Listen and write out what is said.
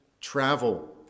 travel